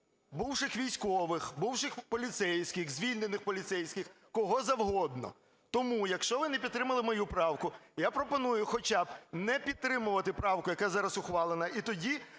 бувших військових, бувших поліцейських, звільнених поліцейських, кого завгодно. Тому, якщо ви не підтримали мою правку, я пропоную хоча б не підтримувати правку, яка зараз ухвалена, і тоді